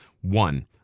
One